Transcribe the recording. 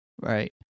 right